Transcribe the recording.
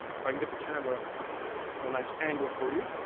if i can get the camera on a nice angle for you.